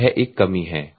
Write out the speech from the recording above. तो यह एक कमी है